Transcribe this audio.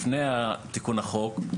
לפני תיקון החוק,